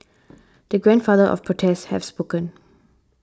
the grandfather of protests has spoken